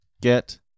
Get